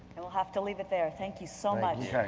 we'll have to leave it there. thank you so much.